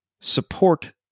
support